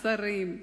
שרים,